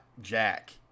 Jack